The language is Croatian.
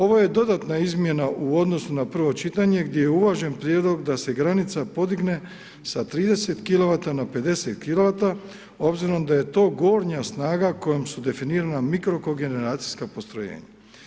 Ovo je dodatna izmjena u odnosu na prvo čitanje gdje je uvažen prijedlog da se granica podigne sa 30 kilovata na 50 kilovata obzirom da je to gornja snaga kojom su definirana mikrokogeneracijska postrojenja.